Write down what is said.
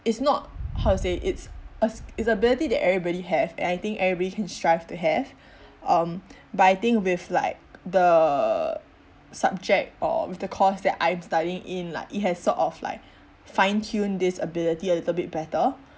it's not how to say it's us it's ability that everybody have and I think everybody can strive to have um but I think with like the subject or with the course that I'm studying in like it has sort of like find tuned this ability a little bit better